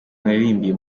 naririmbiye